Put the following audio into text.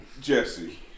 Jesse